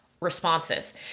responses